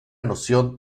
noción